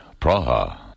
Praha